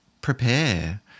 prepare